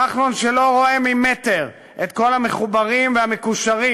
כחלון שלא רואה ממטר את כל המחוברים והמקושרים?